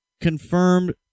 confirmed